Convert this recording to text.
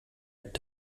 app